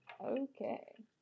Okay